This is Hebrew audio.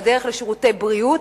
בדרך לשירותי בריאות?